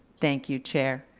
thank you, chair.